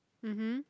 mmhmm